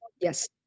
Yes